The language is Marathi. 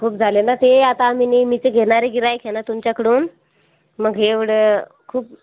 खूप झाले ना ते आता आम्ही नेहमीचे घेणारे गिऱ्हाईक आहे ना तुमच्याकडून मग एवढं खूप